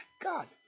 God